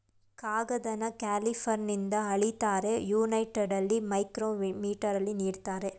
ಕಾಗದನ ಕ್ಯಾಲಿಪರ್ನಿಂದ ಅಳಿತಾರೆ, ಯುನೈಟೆಡಲ್ಲಿ ಮೈಕ್ರೋಮೀಟರಲ್ಲಿ ನೀಡ್ತಾರೆ